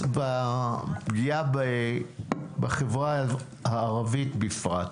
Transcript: ופגיעה בחברה הערבית בפרט.